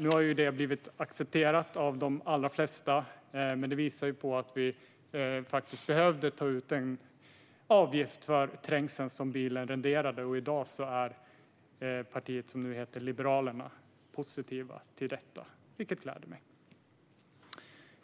Nu har de blivit accepterade av de allra flesta; det har visat sig att vi faktiskt behövde ta ut en avgift för den trängsel som bilen renderar. Det parti som nu heter Liberalerna är i dag positivt till detta, vilket gläder mig.